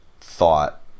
thought